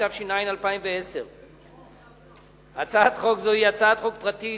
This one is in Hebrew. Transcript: התש"ע 2010. הצעת חוק זו היא הצעת חוק פרטית